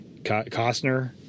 Costner